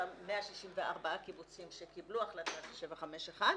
אותם 164 קיבוצים שקיבלו החלטה של 751,